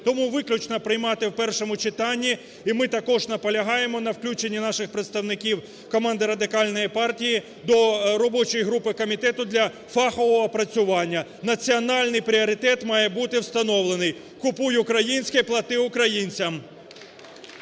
Тому виключно приймати в першому читанні. І ми також наполягаємо на включенні наших представників, команди Радикальної партії до робочої групи комітету для фахового опрацювання. Національний пріоритет має бути встановлений: купуй українське, плати українцям.